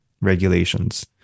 regulations